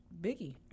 Biggie